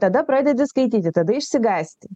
tada pradedi skaityti tada išsigąsti